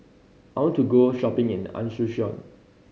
I want to go shopping in the Asuncion